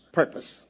purpose